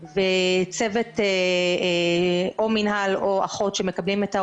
וצוות או מינהל או אחות שמקבלים את ההודעה,